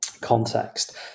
context